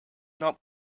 not